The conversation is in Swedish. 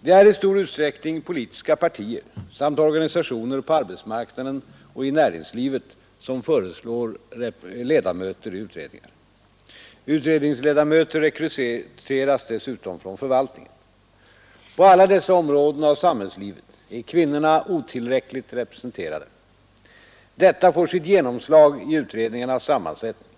Det är i stor utsträckning politiska partier samt organisationer på arbetsmarknaden och i näringslivet som föreslår ledamöter i utredningar. Utredningsledamöter rekryteras dessutom från förvaltningen. På alla dessa områden av samhällslivet är kvinnorna otillräckligt representerade. Detta får sitt genomslag i utredningarnas sammansättning.